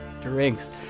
Drinks